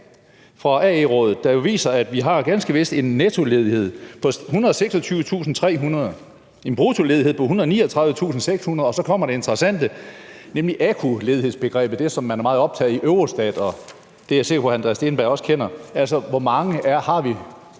i dag, som jo viser, at vi ganske vist har en nettoledighed på 126.300 personer, en bruttoledighed på 139.600 personer, og så kommer det interessante, nemlig AKU-ledighedsbegrebet – det, som man er meget optaget af i Eurostat, og det er jeg sikker på at hr. Andreas Steenberg også kender – altså, hvor mange vi